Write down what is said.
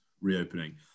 reopening